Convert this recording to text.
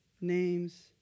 name's